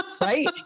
right